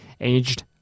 aged